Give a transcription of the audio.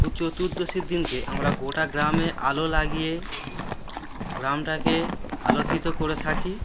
ভূত চতুর্দশীর দিনকে আমরা গোটা গ্রামে আলো লাগিয়ে গ্রামটাকে আলোকিত করে থাকি